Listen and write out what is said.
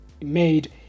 made